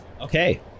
Okay